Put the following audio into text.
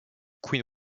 queen